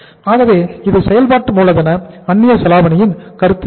ஆகவே இது செயல்பாட்டு மூலதன அந்நிய செலாவணியின் கருத்தாகும்